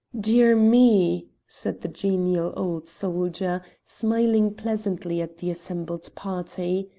dear me, said the genial old soldier, smiling pleasantly at the assembled party.